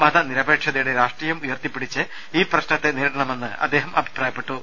മത നിരക്ഷേപ തയുടെ രാഷ്ട്രീയം ഉയർത്തിപ്പിടിച്ച് ഈ പ്രശ്നത്തെ നേരിടണമെന്ന് അദ്ദേഹം പറഞ്ഞു